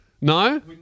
No